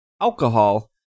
alcohol